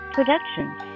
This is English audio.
Productions